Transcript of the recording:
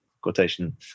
quotation